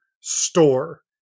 store